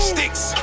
Sticks